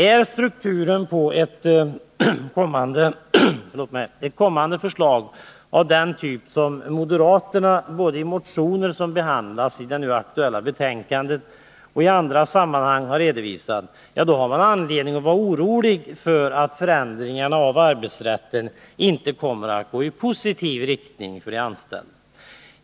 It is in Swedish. Ärstrukturen på ett kommande förslag av den typ som moderaterna redovisat, både i de motioner som behandlas i det aktuella betänkandet och i andra sammanhang, har man anledning att vara orolig för att förändringarna av arbetsrätten inte kommer att gå i positiv riktning för de anställda.